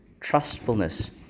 trustfulness